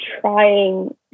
trying